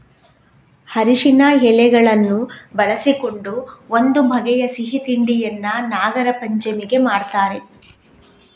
ಅರಸಿನ ಎಲೆಗಳನ್ನು ಬಳಸಿಕೊಂಡು ಒಂದು ಬಗೆಯ ಸಿಹಿ ತಿಂಡಿಯನ್ನ ನಾಗರಪಂಚಮಿಗೆ ಮಾಡ್ತಾರೆ